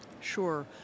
Sure